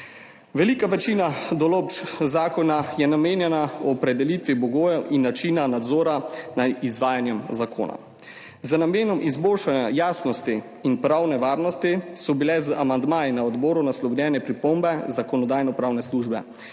Velika večina določb zakona je namenjena opredelitvi pogojev in načinu nadzora nad izvajanjem zakona. Z namenom izboljšanja jasnosti in pravne varnosti so bile z amandmaji na Odboru naslovljene pripombe Zakonodajno-pravne službe.